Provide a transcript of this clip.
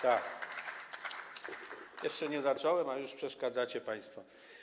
Tak, jeszcze nie zacząłem, a już przeszkadzacie państwo.